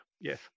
Yes